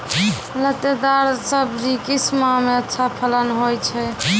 लतेदार दार सब्जी किस माह मे अच्छा फलन होय छै?